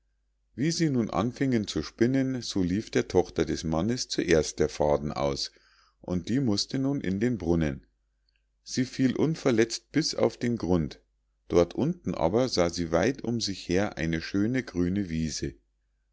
wie sie nun anfingen zu spinnen so lief der tochter des mannes zuerst der faden aus und die mußte nun in den brunnen sie fiel unverletzt bis auf den grund dort unten aber sah sie weit um sich her eine schöne grüne wiese